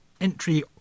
Entry